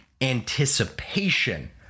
anticipation